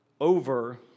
over